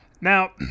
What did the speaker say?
Now